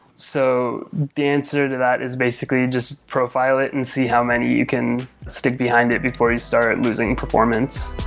so the answer to that is basically just profile it and see how many you can stick behind it before you start losing performance.